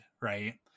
Right